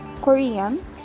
Korean